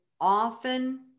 often